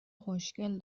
خوشکل